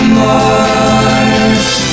more